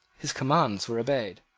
his commands were obeyed.